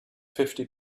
fifty